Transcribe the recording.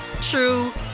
true